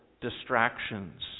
distractions